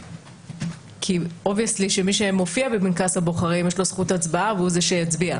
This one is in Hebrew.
כי obvious שמי שמופיע בפנקס הבוחרים יש לו זכות הצבעה והוא זה שיצביע.